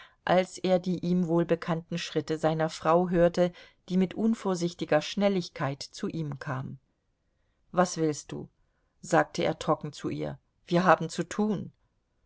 als er die ihm wohlbekannten schritte seiner frau hörte die mit unvorsichtiger schnelligkeit zu ihm kam was willst du sagte er trocken zu ihr wir haben zu tun